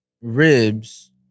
Ribs